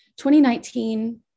2019